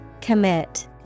Commit